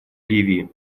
ливии